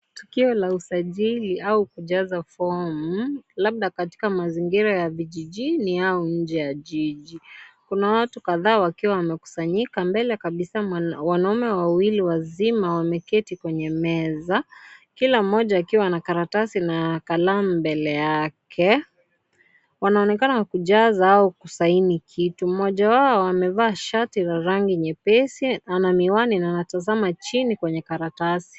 Tukio la usajiri au kujaza fomu labda katika mazingira ya vijijini au nje ya jiji kuna watu kadhaa wakiwa wamekusanyika mbele kabisa wanaume wawili wazima wameketi kwenye meza kila mmoja akiwa na karatasi na kalamu mbele yake wanaonekana kujaza au kusaini kitu mmoja wao amevaa shati la rangi nyepesi ana miwani na anatazama chini kwenye karatasi.